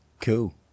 Cool